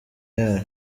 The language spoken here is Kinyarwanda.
yayo